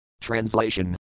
Translation